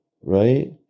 Right